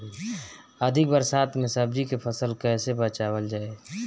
अधिक बरसात में सब्जी के फसल कैसे बचावल जाय?